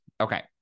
Okay